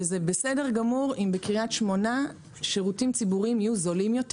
וזה בסדר גמור אם בקריית שמונה שירותים ציבוריים יהיו זולים יותר.